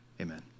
amen